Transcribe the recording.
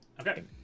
okay